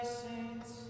saints